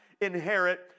inherit